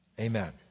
Amen